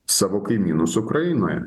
savo kaimynus ukrainoje